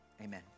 Amen